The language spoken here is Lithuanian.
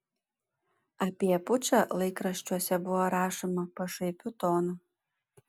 apie pučą laikraščiuose buvo rašoma pašaipiu tonu